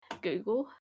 Google